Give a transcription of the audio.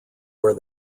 where